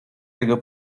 jego